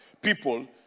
people